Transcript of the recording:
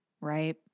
right